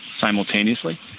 simultaneously